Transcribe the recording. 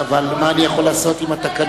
אדוני היושב-ראש, אתה הגעת להסכמה,